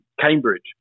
Cambridge